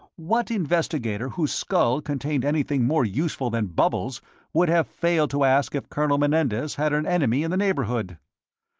what investigator whose skull contained anything more useful than bubbles would have failed to ask if colonel menendez had an enemy in the neighbourhood?